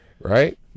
Right